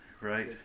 right